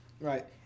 right